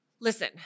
listen